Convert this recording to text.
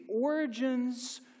origins